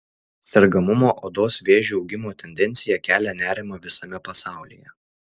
sergamumo odos vėžiu augimo tendencija kelia nerimą visame pasaulyje